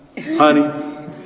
honey